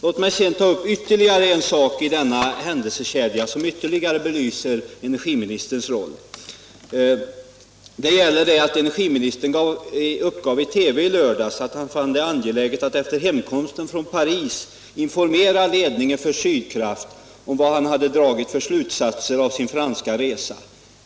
Låt mig ta upp ytterligare en sak i denna händelsekedja som ytterligare belyser energiministerns roll. Energiministern uppgav i TV i lördags att han fann det angeläget att efter hemkomsten från Paris informera ledningen för Sydkraft om vad han hade dragit för slutsatser av sin franska resa.